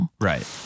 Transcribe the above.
Right